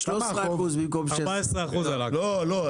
13% במקום 16%. לא,